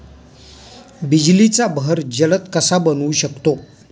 बिजलीचा बहर जलद कसा बनवू शकतो?